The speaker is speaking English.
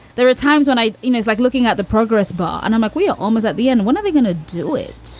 there are times when i you know, it's like looking at the progress book and i'm like, we are almost at the end. when are they going to do it?